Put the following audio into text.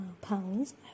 pounds